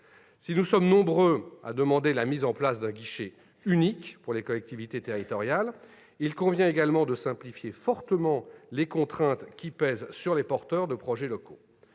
! Nous sommes nombreux à demander la mise en place d'un guichet unique pour les collectivités territoriales, mais il convient également de simplifier fortement les contraintes pesant sur les porteurs de projets locaux.